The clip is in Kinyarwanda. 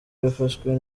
yafashwe